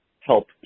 help